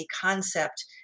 concept